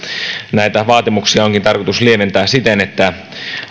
näitä vaatimuksia onkin tarkoitus lieventää siten että